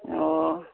ꯑꯣ